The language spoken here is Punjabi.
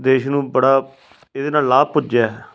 ਦੇਸ਼ ਨੂੰ ਬੜਾ ਇਹਦੇ ਨਾਲ ਲਾਭ ਪੁੱਜਿਆ